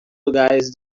lugares